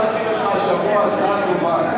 הצעתי לך השבוע הצעה טובה.